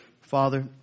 Father